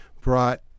brought